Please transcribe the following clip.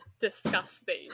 disgusting